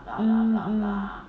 hmm hmm